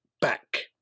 back